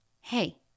hey